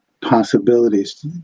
possibilities